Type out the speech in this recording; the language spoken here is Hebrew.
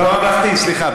בממלכתי, סליחה.